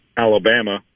Alabama